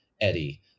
eddie